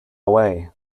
away